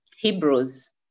Hebrews